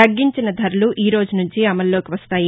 తగ్గించిన ధరలు ఈ రోజు నుంచి అమలులోకి వస్తాయి